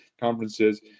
conferences